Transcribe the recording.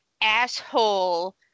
asshole